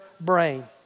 brain